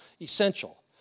essential